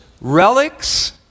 relics